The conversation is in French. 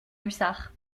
hussard